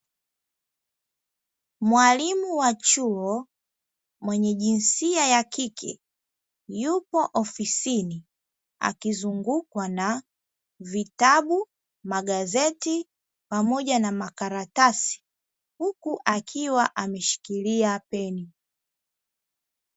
Mwalimu wa chuo mwenye jinsia ya kike yupo ofisini, akizungukwa na vitabu, magazeti pamoja na makaratasi huku akiwa ameshikilia peni.